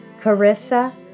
Carissa